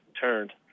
turned